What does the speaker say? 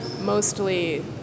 mostly